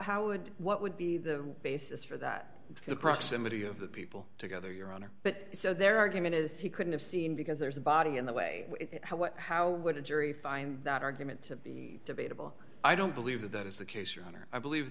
how would what would be the basis for that the proximity of the people together your honor but so their argument is he couldn't have seen because there's a body in the way how what how would a jury find that argument to be debatable i don't believe that that is the case your honor i believe